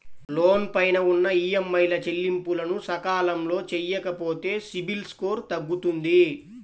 లోను పైన ఉన్న ఈఎంఐల చెల్లింపులను సకాలంలో చెయ్యకపోతే సిబిల్ స్కోరు తగ్గుతుంది